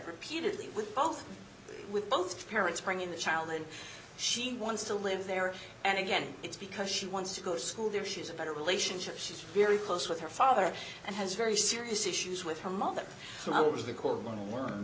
repeatedly with both with both parents bringing the child and she wants to live there and again it's because she wants to go to school there she's a better relationship she's very close with her father and has very serious issues with her mother and i was the court learn